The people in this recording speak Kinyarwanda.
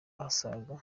asaga